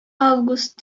август